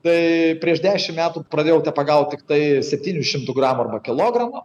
tai prieš dešimt metų pradėjau pagaut tiktai septynių šimtų gramų arba kilogramo